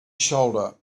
shoulder